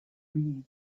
breeze